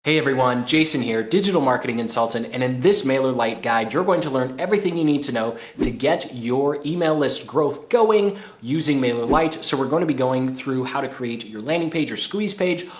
hey everyone, jason here digital marketing consultant. and in this mailer light guide you're going to learn everything you need to know to get your email list growth going using mailer light. so we're going to be going through how to create your landing page or squeeze page,